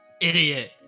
Idiot